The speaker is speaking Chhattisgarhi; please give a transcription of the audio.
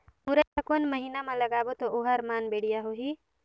मुरई ला कोन महीना मा लगाबो ता ओहार मान बेडिया होही?